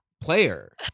player